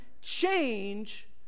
change